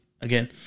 again